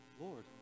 Lord